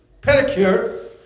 pedicure